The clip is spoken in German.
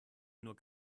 nur